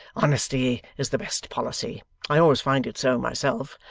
honesty is the best policy i always find it so myself.